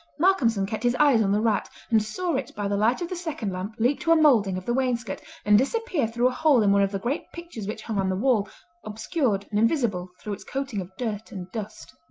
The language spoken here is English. malcolmson kept his eyes on the rat, and saw it by the light of the second lamp leap to a moulding of the wainscot and disappear through a hole in one of the great pictures which hung on the wall, obscured and invisible through its coating of dirt and dust.